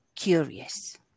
Curious